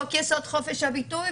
חוק-יסוד: חופש הביטוי,